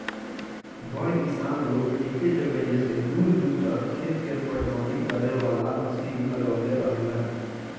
बड़ किसान लोग एके जगहिया से दूर दूर तक खेत के पटवनी करे वाला मशीन लगवले रहेलन